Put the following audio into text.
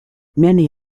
many